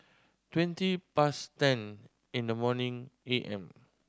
twenty past ten in the morning A M